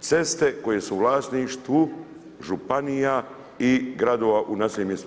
ceste koje su u vlasništvu županija i gradova u naseljenim mjestima.